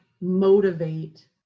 motivate